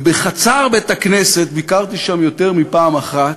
בחצר בית-הכנסת, ביקרתי שם יותר מפעם אחת,